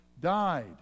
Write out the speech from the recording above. died